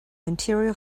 interior